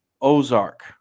Ozark